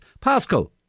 Pascal